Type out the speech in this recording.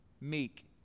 Meek